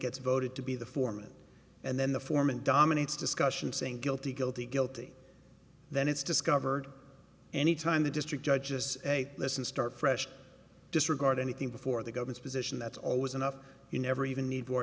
gets voted to be the foreman and then the foreman dominates discussion saying guilty guilty guilty then it's discovered any time the district judges a lesson start fresh disregard anything before the government's position that's always enough you never even need for